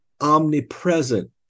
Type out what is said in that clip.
omnipresent